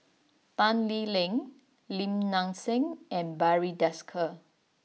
Tan Lee Leng Lim Nang Seng and Barry Desker